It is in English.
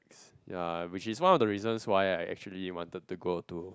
ya which is one of the reasons why I actually wanted to go to